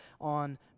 on